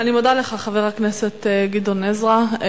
אני מודה לך, חבר הכנסת גדעון עזרא.